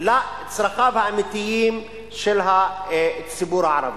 לצרכיו האמיתיים של הציבור הערבי.